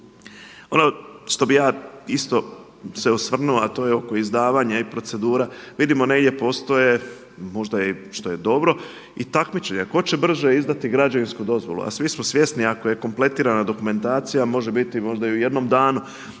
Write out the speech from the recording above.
Ono što bih ja isto se osvrnuo a to je oko izdavanja i procedura, vidimo negdje postoje možda i što je dobro i takmičenja, tko će brže izdati građevinsku dozvolu a svi smo svjesni ako je kompletirana dokumentacija, može biti možda i u jednom danu.